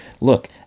Look